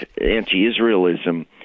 anti-Israelism